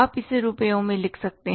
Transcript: आप इसे रुपयों में लिख सकते हैं